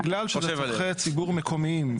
בגלל שזה צרכי ציבור מקומיים.